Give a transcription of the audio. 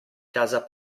casa